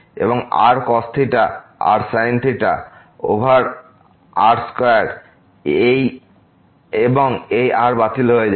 এবং rcos theta rsin theta over r square এবং এই r বাতিল হয়ে যায়